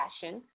fashion